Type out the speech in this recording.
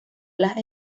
las